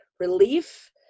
relief